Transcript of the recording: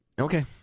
Okay